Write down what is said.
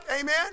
Amen